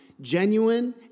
genuine